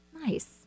Nice